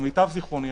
למיטב זיכרוני,